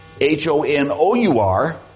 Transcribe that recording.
H-O-N-O-U-R